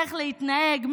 איך להתנהג,